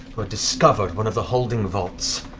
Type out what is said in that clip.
discovered one of the holding vaults,